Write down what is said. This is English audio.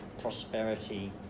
prosperity